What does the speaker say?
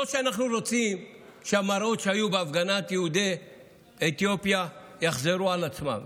לא שאנחנו רוצים שהמראות שהיו בהפגנת יהודי אתיופיה יחזרו על עצמן.